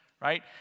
right